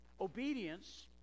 Obedience